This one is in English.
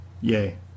yay